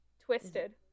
twisted